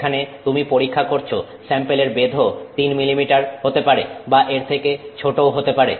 যেখানে তুমি পরীক্ষা করছ স্যাম্পেলের বেধও 3 মিলিমিটার হতে পারে বা এর থেকে ছোটও হতে পারে